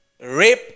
rape